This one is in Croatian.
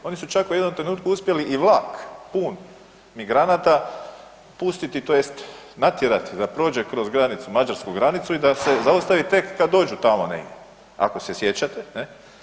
Oni su čak u jednom trenutku uspjeli i vlak pun migranata pustiti tj. natjerati da prođe kroz granicu Mađarsku granicu i da se zaustavi tek kad dođu tamo negdje, ako se sjećate ne.